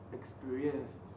experienced